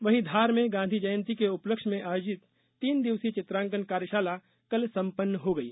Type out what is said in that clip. वही धार में गांधी जयंती के उपलक्ष्य में आयोजित तीन तीन दिवसीय चित्रांकन कार्यशाला कल सम्पन्न हो गयी